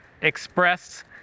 express